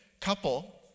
couple